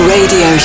Radio